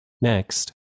Next